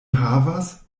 havas